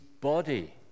body